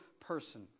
person